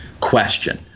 question